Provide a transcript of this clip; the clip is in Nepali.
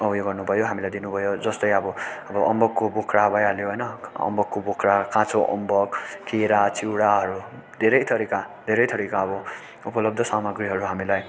उयो गर्नुभयो हामीलाई दिनुभयो जस्तै अब अब अम्बकको बोक्रा भइहाल्यो होइन अम्बकको बोक्रा काँचो अम्बक केरा चिउराहरू धेरै थरिका धेरै थरिका अब उपलब्ध सामाग्रीहरू हामीलाई